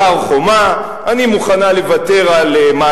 אני מוכנה לוותר על הר-חומה,